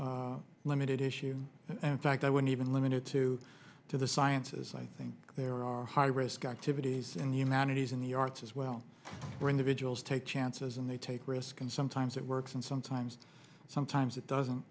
limited issue and in fact i would even limited to to the sciences i think there are high risk activities in the humanities in the arts as well were individuals take chances and they take risk and sometimes it works and sometimes sometimes it doesn't